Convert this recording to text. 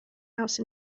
house